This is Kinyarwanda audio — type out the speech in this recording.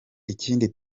ikindi